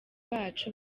bacu